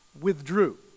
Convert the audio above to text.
withdrew